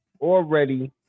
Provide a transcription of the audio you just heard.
already